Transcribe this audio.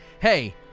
hey